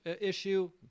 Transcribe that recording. issue